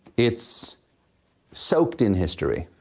it's soaked in history.